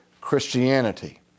Christianity